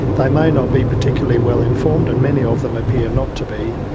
they may not be particularly well informed, and many of them appear not to be,